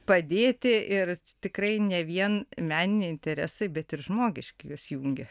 padėti ir tikrai ne vien meniniai interesai bet ir žmogiški jus jungia